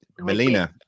Melina